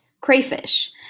crayfish